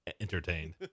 entertained